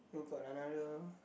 you got another